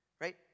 right